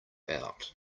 out